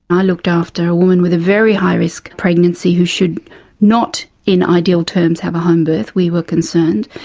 i looked after a woman with a very high risk pregnancy who should not, in ideal terms, have a homebirth. we were concerned,